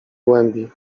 głębi